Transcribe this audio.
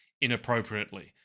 inappropriately